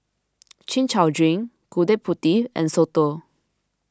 Chin Chow Drink Gudeg Putih and Soto